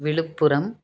Viluppuram